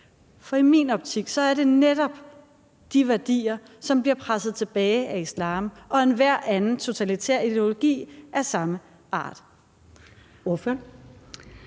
For i min optik er det netop de værdier, som bliver presset tilbage af islam og af enhver anden totalitær ideologi af samme art. Kl.